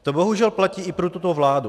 To bohužel platí i pro tuto vládu.